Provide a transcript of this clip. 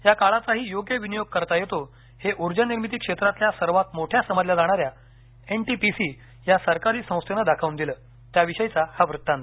या काळाचा ही योग्य विनियोग करता येतो हे ऊर्जा निर्मिती क्षेत्रातील सर्वात मोठ्या समजल्या जाणाऱ्या एनटीपीसी या सरकारी संस्थेन दाखवून दिल त्याविषयीचा हा वृत्तांत